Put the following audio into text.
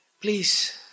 Please